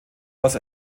los